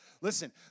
Listen